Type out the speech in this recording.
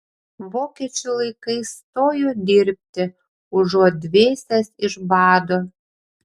vokiečių laikais stojo dirbti užuot dvėsęs iš bado